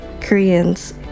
Koreans